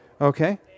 Okay